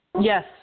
Yes